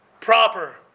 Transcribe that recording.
proper